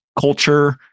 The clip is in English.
culture